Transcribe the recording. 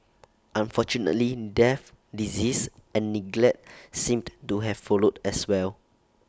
unfortunately death disease and neglect seemed to have followed as well